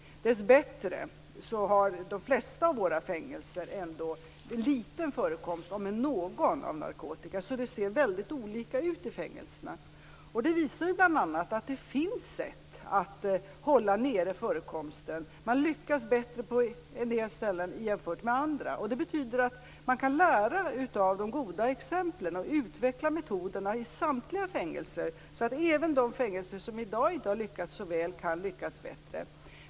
Dessbättre har de flesta av våra fängelser ändå en liten, om än någon, förekomst av narkotika. Det ser väldigt olika ut i fängelserna. Det visar bl.a. att det finns sätt att hålla nere förekomsten. Man lyckas bättre på en del ställen jämfört med andra. Det betyder att man kan lära av de goda exemplen och utveckla metoderna i samtliga fängelser, så att även de fängelser som i dag inte har lyckats så väl kan lyckas bättre.